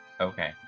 Okay